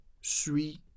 suis